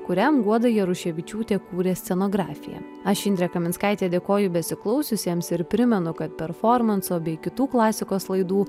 kuriam guoda jaruševičiūtė kūrė scenografiją aš indrė kaminskaitė dėkoju besiklausiusiems ir primenu kad performanso bei kitų klasikos laidų